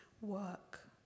work